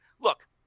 look